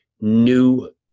new